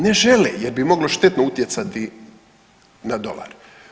Ne žele jer bi moglo štetno utjecati na dolar.